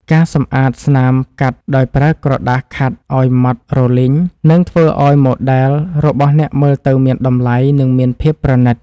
ការសម្អាតស្នាមកាត់ដោយប្រើក្រដាសខាត់អោយម៉ដ្តរលីងនឹងធ្វើឱ្យម៉ូដែលរបស់អ្នកមើលទៅមានតម្លៃ និងមានភាពប្រណីត។